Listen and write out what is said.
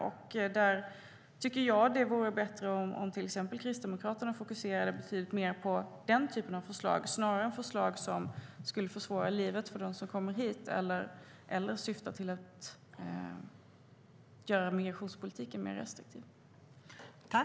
Jag tycker att det vore bättre om till exempel Kristdemokraterna fokuserade betydligt mer på den typen av förslag snarare än på förslag som skulle försvåra livet för dem som kommer hit eller syftar till att göra migrationspolitiken mer restriktiv.